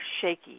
shaky